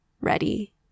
ready